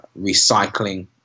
recycling